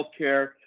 healthcare